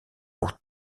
pour